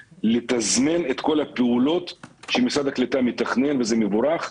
ולתזמן את כל הפעולות שמשרד הקליטה מתכנן וזה מבורך,